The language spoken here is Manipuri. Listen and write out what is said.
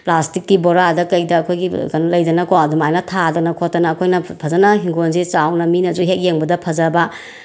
ꯄ꯭ꯂꯥꯁꯇꯤꯛꯀꯤ ꯕꯣꯔꯥꯗ ꯀꯩꯗ ꯑꯩꯈꯣꯏꯒꯤ ꯀꯩꯅꯣ ꯂꯩꯗꯅ ꯀꯣ ꯑꯗꯨꯃꯥꯏꯅ ꯊꯥꯗꯅ ꯈꯣꯠꯇꯅ ꯑꯩꯈꯣꯏꯅ ꯐꯖꯅ ꯏꯪꯈꯣꯜꯁꯦ ꯆꯥꯎꯅ ꯃꯤꯅꯁꯨ ꯍꯦꯛ ꯌꯦꯡꯕꯗ ꯐꯖꯕ